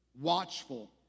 watchful